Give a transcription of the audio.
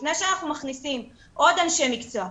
לפני שמכניסים עוד אנשי מקצוע,